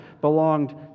belonged